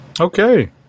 okay